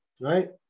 Right